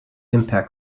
impact